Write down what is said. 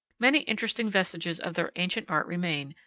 many interesting vestiges of their ancient art remain,